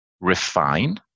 refine